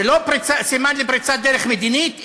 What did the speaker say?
זה לא סימן לפריצת דרך מדינית?